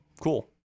cool